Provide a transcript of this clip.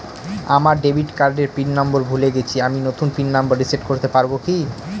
আমার ডেবিট কার্ডের পিন নম্বর ভুলে গেছি আমি নূতন পিন নম্বর রিসেট করতে পারবো কি?